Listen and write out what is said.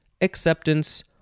acceptance